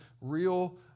real